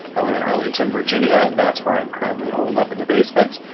i live in arlington, virginia. and that's where i'm currently holed up in the basement.